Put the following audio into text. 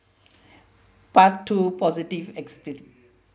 part two positive experience